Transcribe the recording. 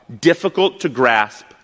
difficult-to-grasp